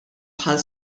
bħal